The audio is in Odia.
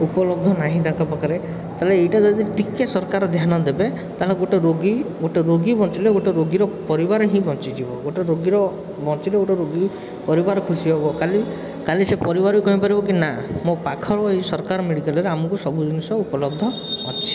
ଉପଲବ୍ଧ ନାହିଁ ତାଙ୍କ ପାଖରେ ତା'ହେଲେ ଏଇଟା ଯଦି ଟିକିଏ ସରକାର ଧ୍ୟାନ ଦେବେ ତାହେଲେ ଗୋଟେ ରୋଗୀ ଗୋଟେ ରୋଗୀ ବଞ୍ଚିଲେ ଗୋଟେ ରୋଗୀର ପରିବାର ହିଁ ବଞ୍ଚିଯିବ ଗୋଟେ ରୋଗୀର ବଞ୍ଚିଲେ ଗୋଟେ ରୋଗୀ ପରିବାର ଖୁସି ହେବ କାଲି କାଲି ସେ ପରିବାରକୁ କହିପାରିବ କି ନା ମୋ ପାଖର ଏହି ସରକାର ମେଡ଼ିକାଲରେ ଆମକୁ ସବୁ ଜିନିଷ ଉପଲବ୍ଧ ଅଛି